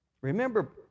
Remember